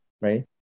right